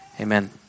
amen